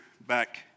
back